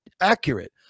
accurate